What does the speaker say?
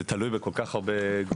זה תלוי בכל כך הרבה גורמים.